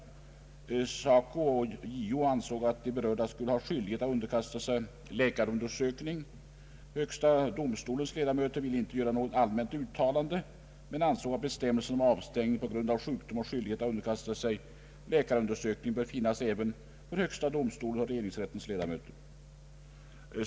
SACO och JO ansåg att de berörda skulle ha skyldighet underkasta sig läkarundersökning. Högsta domstolens ledamöter ville inte göra något allmänt uttalande men ansåg att bestämmelsen om skyldigheten att underkasta sig läkarundersökning bör finnas även för högsta domstolens och regeringsrättens ledamöter.